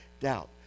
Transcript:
Doubt